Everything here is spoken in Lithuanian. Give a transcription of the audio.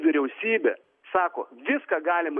vyriausybė sako viską galima